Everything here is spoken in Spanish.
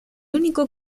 único